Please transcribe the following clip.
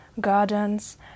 gardens